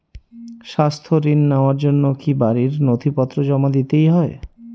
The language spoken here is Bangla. স্বাস্থ্য ঋণ নেওয়ার জন্য কি বাড়ীর নথিপত্র জমা দিতেই হয়?